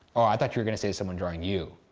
ah i thought you were gonna say someone drawing you.